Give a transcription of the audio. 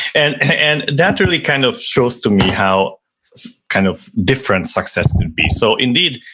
and and that really kind of shows to me how kind of different success can be. so indeed,